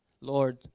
Lord